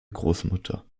großmutter